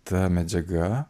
ta medžiaga